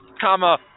comma